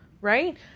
right